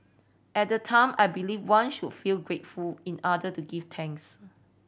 at the time I believed one should feel grateful in order to give thanks